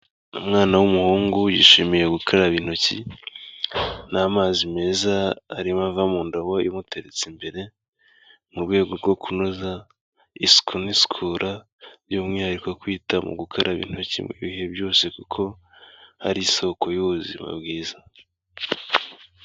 Umwana w'umuhungu yishimiye gukaraba intoki n'amazi meza arimo ava mu ndobo imuteretse imbere, mu rwego rwo kunoza isuku n'isukura, by'umwihariko kwita mu gukaraba intoki mu bihe byose kuko, ari isoko y'ubuzima bwiza.